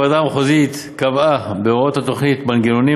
הוועדה המחוזית קבעה בהוראות התוכנית מנגנונים